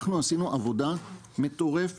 אנחנו עשינו עבודה מטורפת,